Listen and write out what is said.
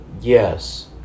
Yes